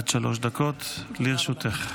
עד שלוש דקות לרשותך.